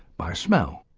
by smell.